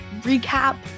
recap